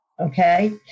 Okay